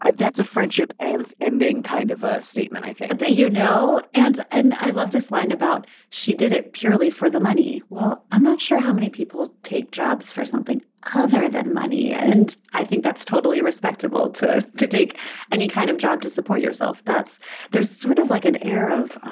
that's a friendship and ending kind of ah statement i that you know and and i love this line about. she did it purely for the money. well i'm not sure how many people take jobs for something other than money and i think that's totally respectable to to take any kind of job to support yourself. that's there's sort of like an air of